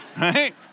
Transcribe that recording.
right